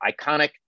iconic